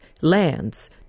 lands